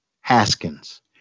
Haskins